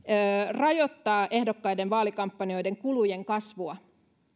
rajoittaa ehdokkaiden vaalikampanjoiden kulujen kasvua